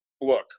Look